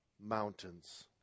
mountains